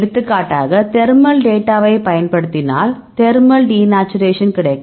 எடுத்துக்காட்டாக தெர்மல் டேட்டாவை பயன்படுத்தினால் தேர்மல் டிநேச்சுரேஷன் கிடைக்கும்